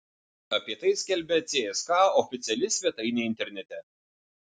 apie tai skelbia cska oficiali svetainė internete